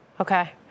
Okay